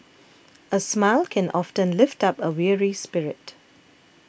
a smile can often lift up a weary spirit